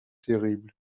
terrible